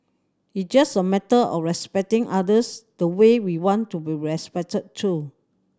it's just a matter of respecting others the way we want to be respected too